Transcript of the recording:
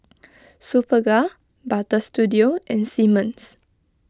Superga Butter Studio and Simmons